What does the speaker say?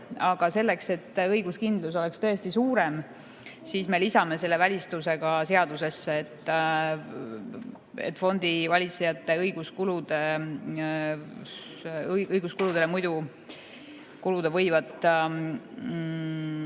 Aga selleks, et õiguskindlus oleks tõesti suurem, me lisame selle välistuse seadusesse, et fondivalitsejate õiguskuludele muidu kuluda võivat